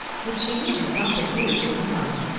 which she knew had not been ordered till one.